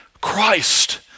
Christ